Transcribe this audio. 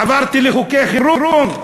עברתי לחוקי חירום,